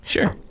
Sure